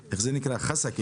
חסקה,